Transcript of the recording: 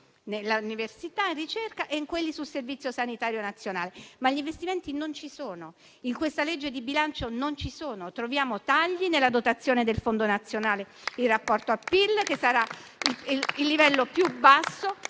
in università, ricerca e in quelli sul servizio sanitario nazionale. Ma gli investimenti non ci sono. In questa legge di bilancio non ci sono. Troviamo tagli nella dotazione del fondo nazionale in rapporto al PIL, che sarà al livello più basso.